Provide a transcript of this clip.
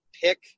pick